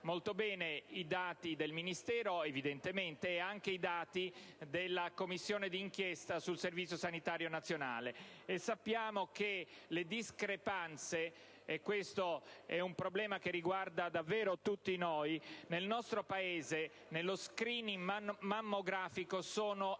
molto bene i dati del Ministero e anche i dati della Commissione d'inchiesta sul Servizio sanitario nazionale. Sappiamo che le discrepanze - questo è un problema che riguarda davvero tutti noi - nel nostro Paese, nello *screening* mammografico, sono enormi.